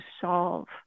solve